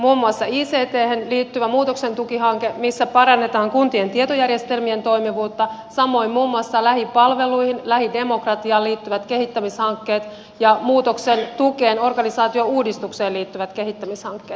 muun muassa icthen liittyvä muutoksen tuki hanke missä parannetaan kuntien tietojärjestelmien toimivuutta samoin muun muassa lähipalveluihin lähidemokratiaan liittyvät kehittämishankkeet ja muutoksen tukeen organisaation uudistukseen liittyvät kehittämishankkeet